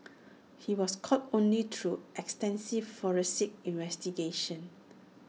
he was caught only through extensive forensic investigations